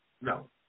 No